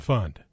Fund